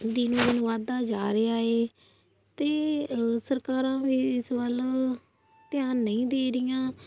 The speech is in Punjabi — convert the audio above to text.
ਦਿਨ ਬ ਦਿਨ ਵਧਦਾ ਜਾ ਰਿਹਾ ਏ ਅਤੇ ਸਰਕਾਰਾਂ ਵੀ ਇਸ ਵੱਲ ਧਿਆਨ ਨਹੀਂ ਦੇ ਰਹੀਆਂ